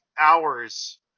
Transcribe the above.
hours